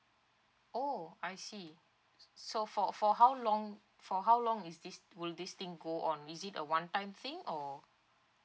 oh I see so for for how long for how long is this would this thing go on is it a one time thing or